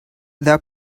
thou